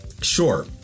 sure